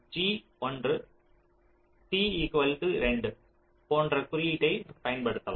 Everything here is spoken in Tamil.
g 1 t 2 போன்ற குறியீட்டை பயன்படுத்துகிறோம்